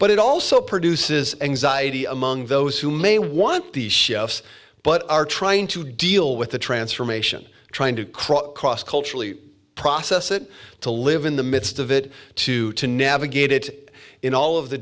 but it also produces anxiety among those who may want the shifts but are trying to deal with the transformation trying to cross culturally process it to live in the midst of it to to navigate it in all of the